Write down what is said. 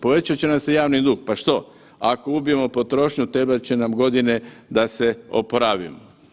Povećat će nam se javni dug, pa što, ako ubijemo potrošnju trebat će nam godine da se oporavimo.